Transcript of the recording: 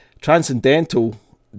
Transcendental